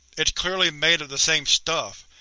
it's clearly made of the same stuff.